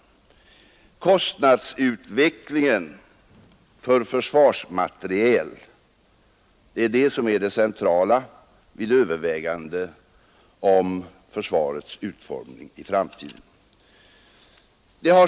Det är kostnadsutvecklingen för försvarsmateriel som är det centrala vid överväganden om försvarets utformning i framtiden.